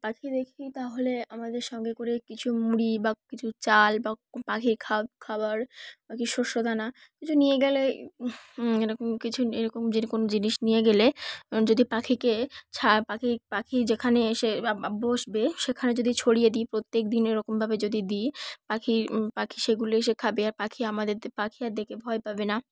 পাখি দেখি তাহলে আমাদের সঙ্গে করে কিছু মুড়ি বা কিছু চাল বা পাখি খা খাবার বা কি শস্য দানা কিছু নিয়ে গেলে এরকম কিছু এরকম যে কোন জিনিস নিয়ে গেলে যদি পাখিকে ছা পাখি পাখি যেখানে এসে বসবে সেখানে যদি ছড়িয়ে দিই প্রত্যেকদিন এরকমভাবে যদি দিই পাখি পাখি সেগুলো এসে খাবে আর পাখি আমাদের পাখি আর দেখে ভয় পাবে না